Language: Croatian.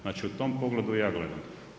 Znači u tom pogledu ja gledam.